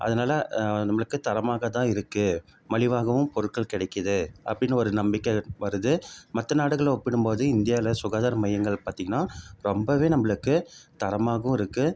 அதனால நம்மளுக்கு தரமாக தான் இருக்குது மலிவாகவும் பொருட்கள் கிடைக்குது அப்படின்னு ஒரு நம்பிக்கை வருது மற்ற நாடுகளோடு ஒப்பிடும் போது இந்தியாவில் சுகாதார மையங்கள் பார்த்தீங்கன்னா ரொம்பவே நம்மளுக்கு தரமாகவும் இருக்குது